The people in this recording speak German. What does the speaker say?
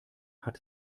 hat